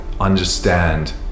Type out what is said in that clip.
Understand